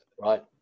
Right